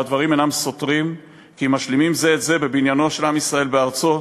והדברים אינם סותרים כי אם משלימים זה את זה בבניינו של עם ישראל בארצו,